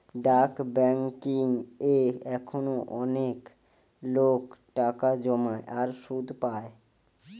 ডাক বেংকিং এ এখনো অনেক লোক টাকা জমায় আর সুধ পায়